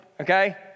Okay